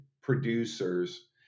producers